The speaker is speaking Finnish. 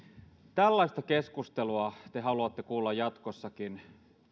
tällaista keskustelua he haluavat kuulla jatkossakin